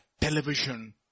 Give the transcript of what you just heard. television